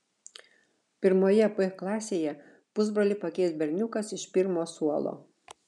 pirmoje b klasėje pusbrolį pakeis berniukas iš pirmo suolo